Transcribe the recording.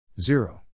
zero